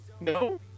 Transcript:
No